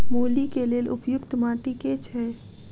मूली केँ लेल उपयुक्त माटि केँ छैय?